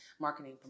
marketing